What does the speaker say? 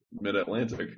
mid-Atlantic